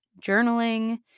journaling